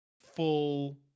full